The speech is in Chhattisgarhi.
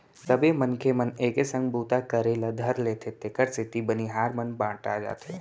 सबो मनखे मन एके संग बूता करे ल धर लेथें तेकर सेती बनिहार मन बँटा जाथें